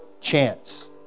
chance